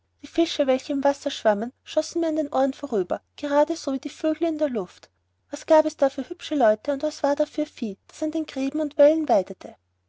die fische welche im wasser schwammen schossen mir an den ohren vorüber gerade so wie hier die vögel in der luft was gab es da für hübsche leute und was war da für vieh das an gräben und wällen weidete